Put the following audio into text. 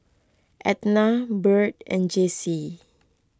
Etna Byrd and Jessee